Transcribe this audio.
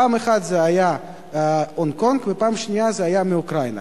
פעם אחת זה היה מהונג-קונג ופעם שנייה זה היה מאוקראינה.